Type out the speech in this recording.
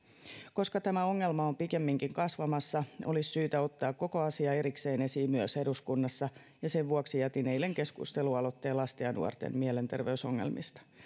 koska tämä ongelma on pikemminkin kasvamassa olisi syytä ottaa koko asia erikseen esiin myös eduskunnassa ja sen vuoksi jätin eilen keskustelualoitteen lasten ja nuorten mielenterveysongelmista